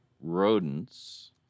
Rodents